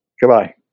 goodbye